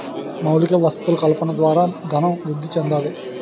మౌలిక వసతులు కల్పన ద్వారా ధనం వృద్ధి చెందాలి